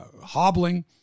hobbling